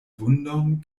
vundon